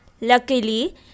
Luckily